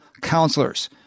Counselors